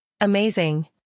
Amazing